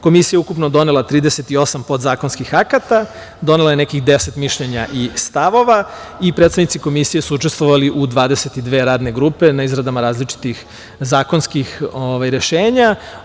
Komisija je ukupno donela 38 podzakonskih akata, donela je nekih 10 mišljenja i stavova i predstavnici Komisije su učestvovali u 22 radne grupe na izradama različitih zakonskih rešenja.